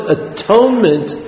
atonement